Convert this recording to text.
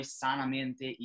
sanamente